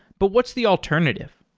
but what's the alternative?